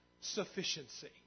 sufficiency